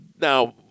Now